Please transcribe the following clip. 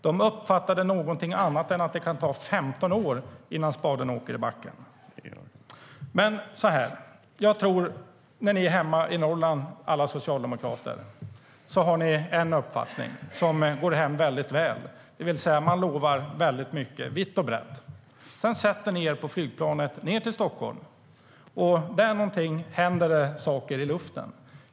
De uppfattade något annat än att det kan ta 15 år innan spaden åker i backen. Jag tror att alla ni socialdemokrater har en uppfattning som går hem väl när ni är hemma Norrland. Det vill säga ni lovar mycket, vitt och brett. Sedan sätter ni er på flygplanet ned till Stockholm. Och någonstans där i luften händer det saker.